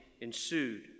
ensued